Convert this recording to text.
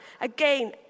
Again